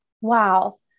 Wow